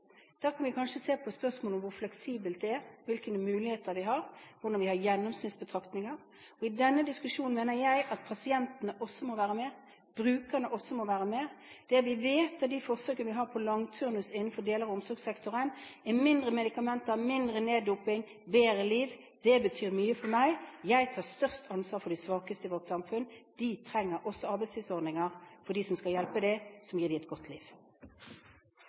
Da kan vi kanskje se på spørsmålet om hvor fleksibelt det er, hvilke muligheter de har, hvordan vi har gjennomsnittsbetraktninger, og i denne diskusjonen mener jeg at pasientene og brukerne også må være med. Det vi vet, er de forsøkene vi har på langturnus innenfor deler av omsorgssektoren, og det er mindre medikamenter, mindre neddoping, bedre liv. Dét betyr mye for meg. Jeg tar størst ansvar for de svakeste i vårt samfunn. De trenger også arbeidstidsordninger for de som skal hjelpe dem, som gir dem et godt liv.